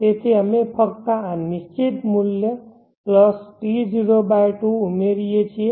તેથી અમે ફક્ત આ નિશ્ચિત મૂલ્ય વત્તા T02 ઉમેરીએ છીએ